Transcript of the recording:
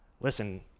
listen